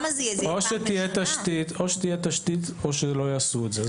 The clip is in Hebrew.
או שתהיה תשתית או שלא יעשו את זה.